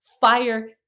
fire